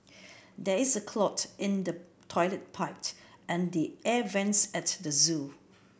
there is a clog in the toilet and the air vents at the zoo